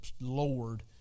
Lord